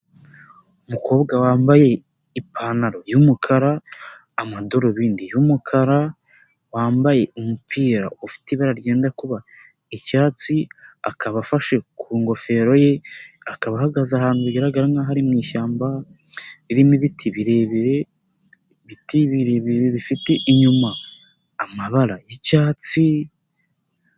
Umukobwa wambaye ipantaro y'umukara, amadarubindi y'umukara, wambaye umupira ufite ibara ryenda kuba icyatsi akaba afashe ku ngofero ye, akaba ahagaze ahantu bigaragara nk'aho ari mu ishyamba ririmo ibiti birebire, ibiti birebire bifite inyuma amabara y'icyatsi.